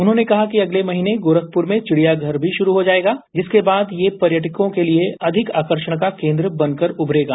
उन्हॉने कहा कि अगले महीने गोरखपुर में चिड़ियाघर भी शुरू हो जाएगा जिसके बाद यह पर्यटकों के लिए और अधिक आकर्षण का केंद्र बनकर उमरेगा